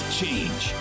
change